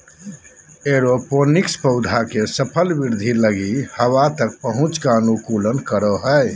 aeroponics पौधा के सफल वृद्धि लगी हवा तक पहुंच का अनुकूलन करो हइ